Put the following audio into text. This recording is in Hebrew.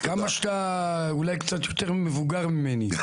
כמה שאתה אולי קצת יותר מבוגר ממני,